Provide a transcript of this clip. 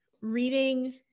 reading